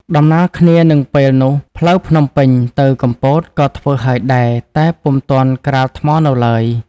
ដំណាលគ្នានឹងពេលនោះ ផ្លូវភ្នំពេញ ទៅកំពតក៏ធ្វើហើយដែរ តែពុំទាន់ក្រាលថ្មនៅឡើយ ។